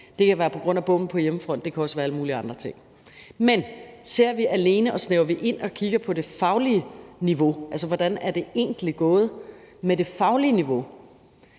Det kan være på grund af bump på hjemmefronten, men det kan også være på grund af alle mulige andre ting. Men ser vi alene på det, og snævrer vi ind og kigger på det faglige niveau, altså hvordan det egentlig er gået med det faglige niveau,